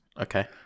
Okay